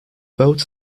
boat